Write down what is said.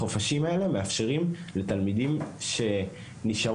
החופשים האלה מאפשרים לתלמידים שנשארו